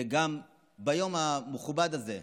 וגם ביום המכובד הזה,